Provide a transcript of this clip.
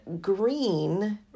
green